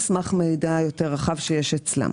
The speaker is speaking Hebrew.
על סמך מידע יותר רחב שיש אצלם,